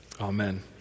Amen